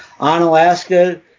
Onalaska